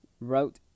wrote